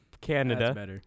Canada